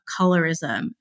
colorism